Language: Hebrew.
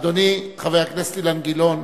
אדוני חבר הכנסת אילן גילאון,